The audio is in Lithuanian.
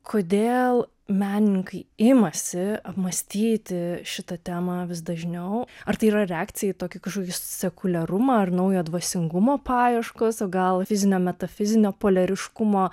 kodėl menininkai imasi apmąstyti šitą temą vis dažniau ar tai yra reakcija į tokį kažkokį sekuliarumą ar naujo dvasingumo paieškos o gal fizinio metafizinio poliariškumo